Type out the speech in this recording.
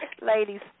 Ladies